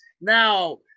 Now